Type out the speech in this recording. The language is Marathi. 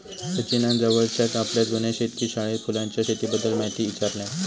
सचिनान जवळच्याच आपल्या जुन्या शेतकी शाळेत फुलांच्या शेतीबद्दल म्हायती ईचारल्यान